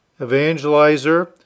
evangelizer